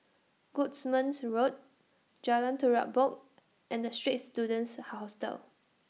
Goodman's Road Jalan Terubok and The Straits Students Hostel